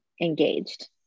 engaged